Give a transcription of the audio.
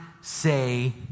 say